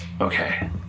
Okay